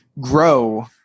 grow